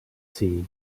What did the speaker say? see